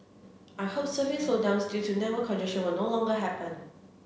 I hope surfing slowdowns due to network congestion will no longer happen